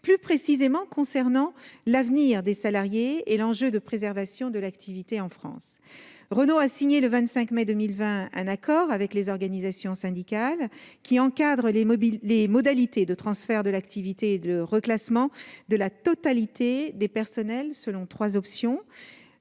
plus précisément concernant l'avenir des salariés et l'enjeu de préservation de l'activité en France. Renault a signé le 25 mai 2020 un accord avec les organisations syndicales qui encadre les modalités de transfert de l'activité et le reclassement de la totalité des personnels selon trois options